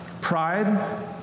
Pride